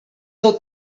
del